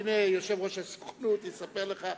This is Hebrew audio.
הנה יושב-ראש הסוכנות יספר לך,